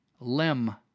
limb